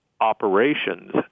operations